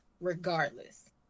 regardless